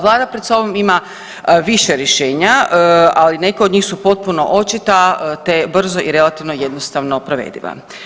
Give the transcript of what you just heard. Vlada pred sobom ima više rješenja, ali neke od njih su potpuno očita, te brzo i relativno jednostavno provediva.